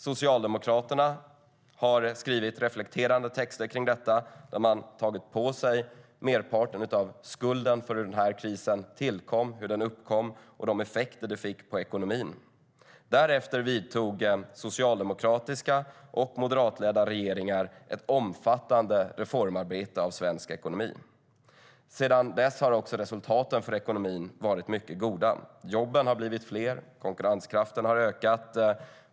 Socialdemokraterna har skrivit reflekterande texter kring detta, där man har tagit på sig merparten av skulden för hur den här krisen uppkom och de effekter som det fick på ekonomin. Därefter vidtog socialdemokratiska och moderatledda regeringar ett omfattande reformarbete i fråga om svensk ekonomi. Sedan dess har också resultaten för ekonomin varit mycket goda. Jobben har blivit fler. Konkurrenskraften har ökat.